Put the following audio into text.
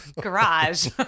garage